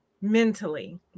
mentally